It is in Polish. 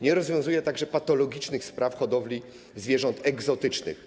Nie rozwiązuje także patologicznych problemów hodowli zwierząt egzotycznych.